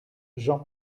jean